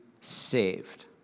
saved